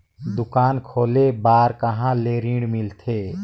दुकान खोले बार कहा ले ऋण मिलथे?